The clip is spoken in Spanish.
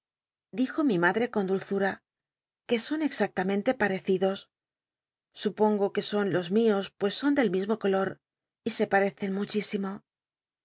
dijo mi madre con dtllzura que son exactament e pa recidos supongo que son lo mios pues son del mismo color y se parecen muchísimo